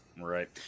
Right